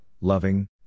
loving